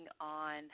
on